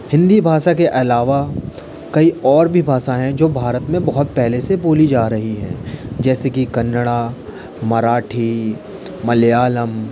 हिंदी भाषा के अलावा कई और भी भाषा हैं जो भारत में बहुत पहले से बोली जा रही हैं जैसे कि कन्नड़ मराठी मलयालम